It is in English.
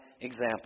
example